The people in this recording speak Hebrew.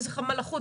איזה חמ"ל אחוד?